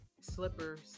slippers